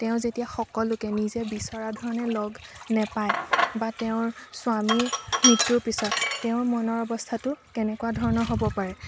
তেওঁ যেতিয়া সকলোকে নিজে বিচৰা ধৰণে লগ নেপায় বা তেওঁৰ স্বামীৰ মৃত্যুৰ পিছত তেওঁৰ মনৰ অৱস্থাটো কেনেকুৱা ধৰণৰ হ'ব পাৰে